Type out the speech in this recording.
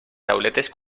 tauletes